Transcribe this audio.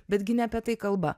betgi ne apie tai kalba